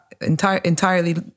entirely